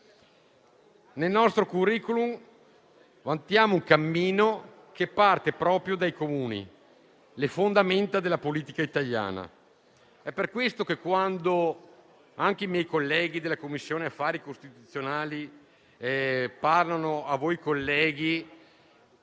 Nel nostro *curriculum* vantiamo un cammino che parte proprio dai Comuni, le fondamenta della politica italiana. Per questo, quando i miei colleghi della Commissione affari costituzionali si rivolgono a voi, colleghi,